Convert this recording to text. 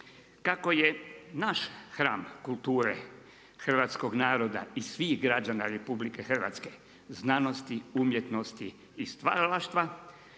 kako je naš hram kulture hrvatskog naroda i svih građana RH umjetnosti, umjetnosti i stvaralaštva